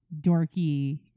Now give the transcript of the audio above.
dorky